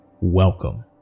welcome